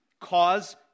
Cause